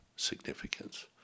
significance